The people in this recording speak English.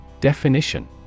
Definition